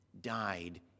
died